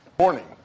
morning